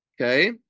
okay